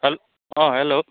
হেল অঁ হেল্ল'